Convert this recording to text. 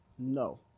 No